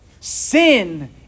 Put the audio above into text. Sin